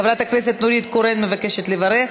חברת הכנסת נורית קורן מבקשת לברך,